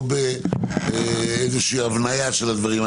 או בהבניה של הדברים.